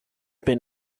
been